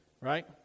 right